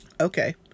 Okay